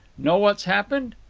know what's happened?